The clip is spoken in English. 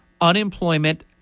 Unemployment